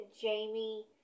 Jamie